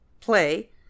play